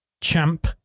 Champ